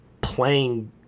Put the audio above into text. playing